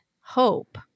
hope